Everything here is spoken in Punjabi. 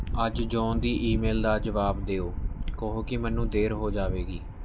ਅੱਜ ਜੌਨ ਦੀ ਈਮੇਲ ਦਾ ਜਵਾਬ ਦਿਓ ਕਹੋ ਕਿ ਮੈਨੂੰ ਦੇਰ ਹੋ ਜਾਵੇਗੀ